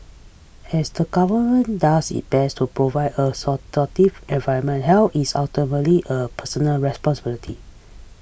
as the government does its best to provide a supportive environment health is ultimately a personal responsibility